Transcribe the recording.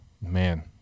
man